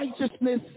righteousness